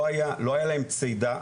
לא היה להם צידה,